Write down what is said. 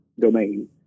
domain